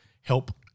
help